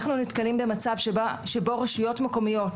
אנחנו נתקלים במצב שבו רשויות מקומיות,